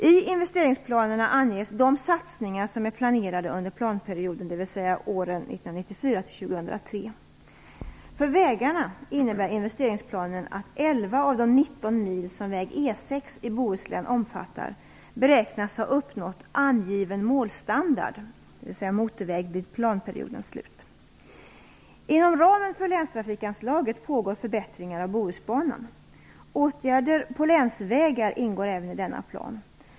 I investeringsplanerna anges de satsningar som är planerade under planperioden, dvs. åren 1994-2003. Inom ramen för länstrafikanslaget pågår förbättringar av Bohusbanan. Åtgärder på länsvägar ingår även i denna plan.